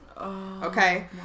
Okay